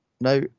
now